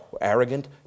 arrogant